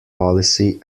policy